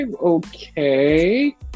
okay